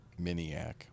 Miniac